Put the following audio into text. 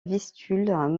vistule